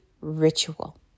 ritual